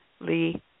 Lee